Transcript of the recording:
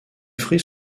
fruits